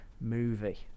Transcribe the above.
movie